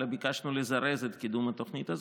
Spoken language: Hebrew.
אלא ביקשנו לזרז את קידום התוכנית הזאת,